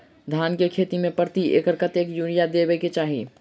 धान केँ खेती मे प्रति एकड़ कतेक यूरिया देब केँ चाहि?